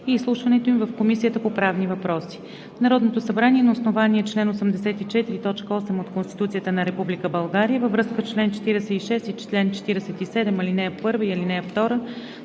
и изслушването им в Комисията по правни въпроси Народното събрание на основание чл. 84, т. 8 от Конституцията на Република България във връзка с чл. 46 и чл. 47, ал. 1 и ал. 2,